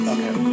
Okay